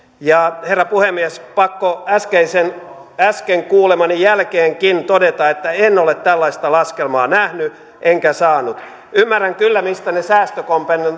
herra puhemies pakko on äsken kuulemani jälkeenkin todeta että en ole tällaista laskelmaa nähnyt enkä saanut ymmärrän kyllä mistä ne säästökomponentit